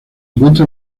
encuentra